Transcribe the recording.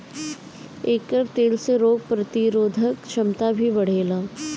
एकर तेल से रोग प्रतिरोधक क्षमता भी बढ़ेला